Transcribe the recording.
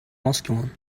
masculine